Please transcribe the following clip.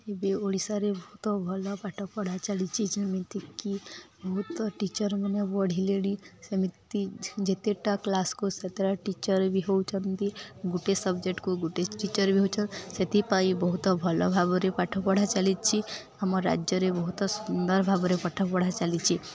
ଏବେ ଓଡ଼ିଶାରେ ବହୁତ ଭଲ ପାଠ ପଢ଼ା ଚାଲିଚି ଯେମିତିକି ବହୁତ ଟିଚରମାନେ ବଢ଼ିଲେଣି ସେମିତି ଯେତେଟା କ୍ଲାସ୍କୁ ସେତେଟା ଟିଚର ବି ହଉଚନ୍ତି ଗୁଟେ ସବଜେକ୍ଟକୁ ଗୁଟେ ଟିଚର୍ ବି ହଉଛନ୍ତି ସେଥିପାଇଁ ବହୁତ ଭଲ ଭାବରେ ପାଠ ପଢ଼ା ଚାଲିଚି ଆମ ରାଜ୍ୟରେ ବହୁତ ସୁନ୍ଦର ଭାବରେ ପାଠ ପଢ଼ା ଚାଲିଚି